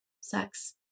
sex